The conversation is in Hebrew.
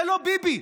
זה לא ביבי,